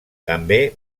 també